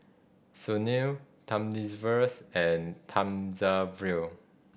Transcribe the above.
Sunil Thamizhavels and Thamizhavel